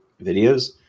videos